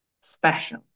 special